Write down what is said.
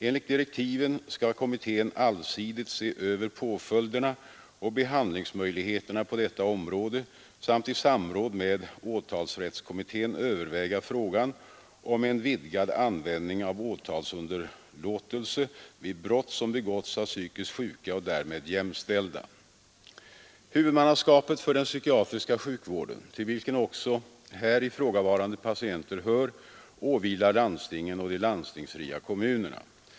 Enligt direktiven skall kommittén allsidigt se över påföljderna och behandlingsmöjligheterna på detta område samt i samråd med åtalsrätts kommittén överväga frågan om en vidgad användning av åtalsunderlåtelse vid brott som begåtts av psykiskt sjuka och därmed jämställda. Huvudmannaskapet för den psykiatriska sjukvården, till vilken också här ifrågavarande patienter hör, åvilar landstingen och de landstingsfria kommunerna.